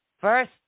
First